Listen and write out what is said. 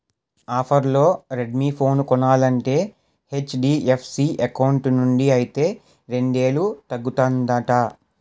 ఆఫర్లో Redmi phone కొనాలంటే HDFC account నుండి అయితే రెండేలు తగ్గుతుందట